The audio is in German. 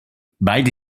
beide